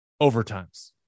overtimes